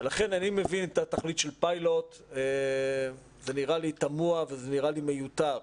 ולכן אני מבין את התכלית של פיילוט ונראה לי תמוה וזה נראה לי מיותר.